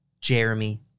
Jeremy